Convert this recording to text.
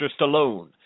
Stallone